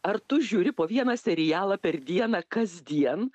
ar tu žiūri po vieną serialą per dieną kasdien